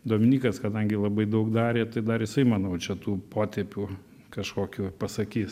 dominykas kadangi labai daug darė tai dar jisai manau čia tų potėpių kažkokių pasakys